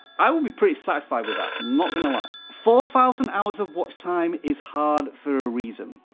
i will be pretty satisfied with that. not going to lie. four thousand hours of watch time is hard for a reason.